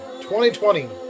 2020